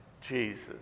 Jesus